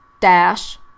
dash